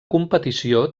competició